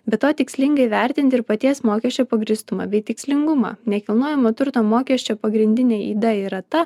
be to tikslinga įvertinti ir paties mokesčio pagrįstumą bei tikslingumą nekilnojamo turto mokesčio pagrindinė yda yra ta